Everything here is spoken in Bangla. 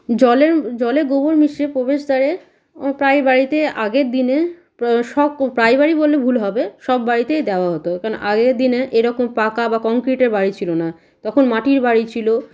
জলের জলে গোবর মিশিয়ে প্রবেশদ্বারে প্রায় বাড়িতে আগের দিনে ও প্রায় বাড়ি বললে ভুল হবে সব বাড়িতেই দেওয়া হতো কারণ আগের দিনে এই রকম পাকা বা কংক্রিটের বাড়ি ছিল না তখন মাটির বাড়ি ছিল